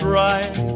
right